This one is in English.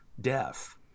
death